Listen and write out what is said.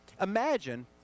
Imagine